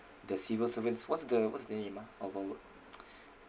the civil servants what's the what's the name ah of our